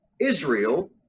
Israel